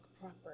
proper